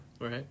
Right